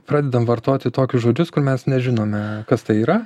pradedam vartoti tokius žodžius kur mes nežinome kas tai yra